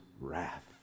wrath